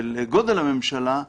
של גודל הממשלה,